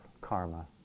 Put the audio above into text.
karma